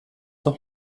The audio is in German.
noch